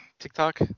tiktok